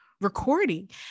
recording